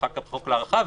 ואחר כך בחוק להארכה,